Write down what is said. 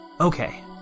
Okay